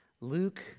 Luke